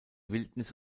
wildnis